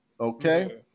okay